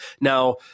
Now